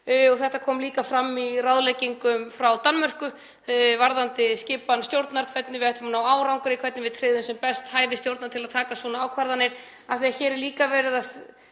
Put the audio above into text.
Þetta kom líka fram í ráðleggingum frá Danmörku varðandi skipan stjórnar, hvernig við ættum að ná árangri, hvernig við tryggjum sem best hæfi stjórnar til að taka svona ákvarðanir af því að hér er líka verið að